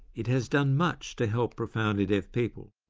it has done much to help profoundly deaf people,